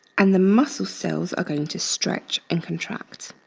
and the muscle cells are going to stretch and contract.